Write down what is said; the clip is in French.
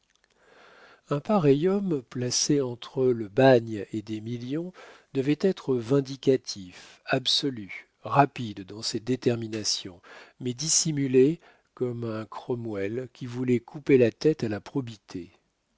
un pareil homme placé entre le bagne et des millions devait être vindicatif absolu rapide dans ses déterminations mais dissimulé comme un cromwell qui voulait couper la tête à la probité